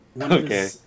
Okay